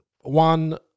One